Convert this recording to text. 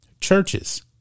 churches